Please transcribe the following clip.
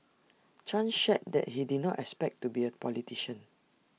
chan shared that he did not expect to be A politician